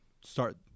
start